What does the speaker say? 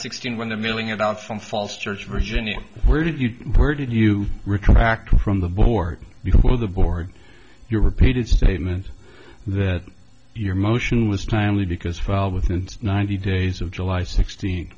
sixteenth when the milling about from falls church virginia where did you where did you return back from the board before the board your repeated statement that your motion was timely because fell within ninety days of july sixteenth